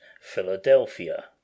Philadelphia